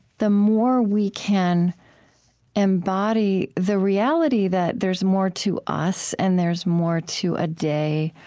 the more we can embody the reality that there's more to us and there's more to a day,